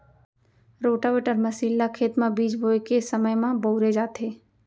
rotavator machine ल खेत म बीज बोए के समे म बउरे जाथे